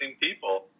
people